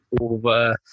over